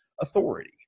authority